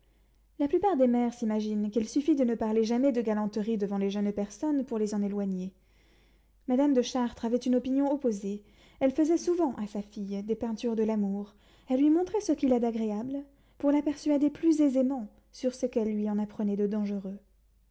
la plupart des mères s'imaginent qu'il suffit de ne parler jamais de galanterie devant les jeunes personnes pour les en éloigner madame de chartres avait une opinion opposée elle faisait souvent à sa fille des peintures de l'amour elle lui montrait ce qu'il a d'agréable pour la persuader plus aisément sur ce qu'elle lui en apprenait de dangereux